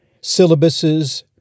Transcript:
syllabuses